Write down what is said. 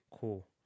cool